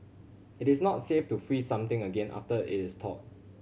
it is not safe to freeze something again after it is thawed